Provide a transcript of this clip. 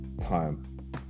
time